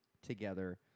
Together